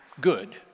good